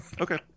Okay